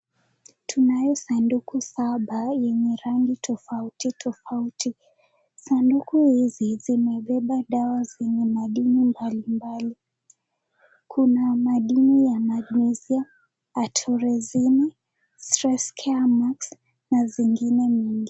Tunayo sanduku saba yenye rangi tofauti tofauti, sanduku hizi zimebeba dawa zenye madili mbalimbali, kuna maadili yanayoitwa Artoresin, Stress Care Max na zingine mengi.